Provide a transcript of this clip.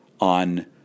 on